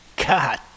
God